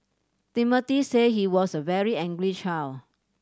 Timothy said he was a very angry child